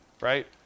right